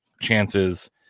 chances